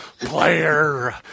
player